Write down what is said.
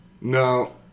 No